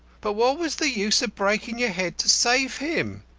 but what was the use of breaking your head to save him?